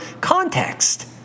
context